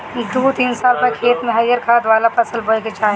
दू तीन साल पअ खेत में हरिहर खाद वाला फसल बोए के चाही